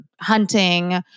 hunting